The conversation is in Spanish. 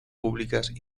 públicas